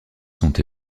sont